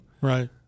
Right